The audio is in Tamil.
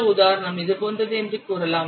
மற்ற உதாரணம் இது போன்றது என்று கூறலாம்